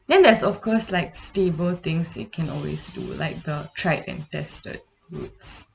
then there's of course like stable things you can always do like the tried and tested routes